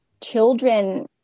children